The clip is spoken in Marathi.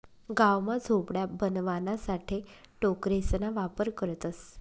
गाव मा झोपड्या बनवाणासाठे टोकरेसना वापर करतसं